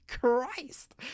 Christ